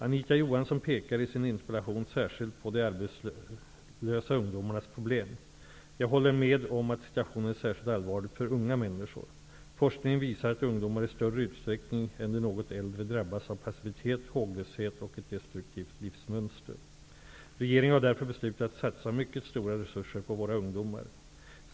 Anita Johansson pekar i sin interpellation särskilt på de arbetslösa ungdomarnas problem. Jag håller med om att situationen är särskilt allvarlig för unga människor. Forskningen visar att ungdomar i större utsträckning än de något äldre drabbas av passivitet, håglöshet och ett destruktivt livsmönster. Regeringen har därför beslutat att satsa mycket stora resurser på våra ungdomar.